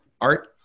Art